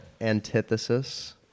Antithesis